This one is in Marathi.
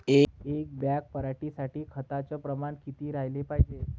एक बॅग पराटी साठी खताचं प्रमान किती राहाले पायजे?